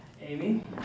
Amy